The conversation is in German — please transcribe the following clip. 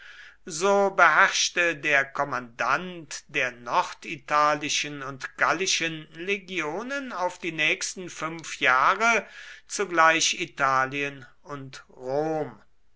so beherrschte der kommandant der norditalischen und gallischen legionen auf die nächsten fünf jahre zugleich italien und rom